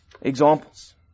examples